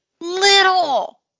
Little